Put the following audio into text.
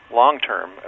long-term